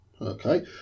okay